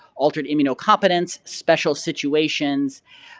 altered immunocompetence, special situations,